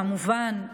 כמובן,